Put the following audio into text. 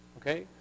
okay